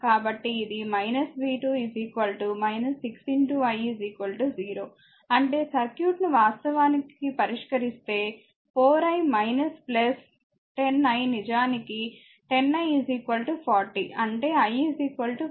కాబట్టి ఇది v 2 6 i 0 అంటే సర్క్యూట్ను వాస్తవానికి పరిష్కరిస్తే 4 i 10 i నిజానికి 10 i 40 అంటే i 4 ఆంపియర్